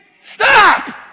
stop